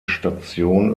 station